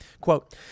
quote